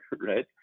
right